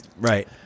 Right